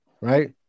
Right